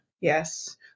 Yes